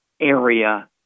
Area